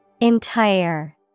Entire